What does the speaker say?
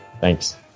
Thanks